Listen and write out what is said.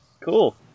Cool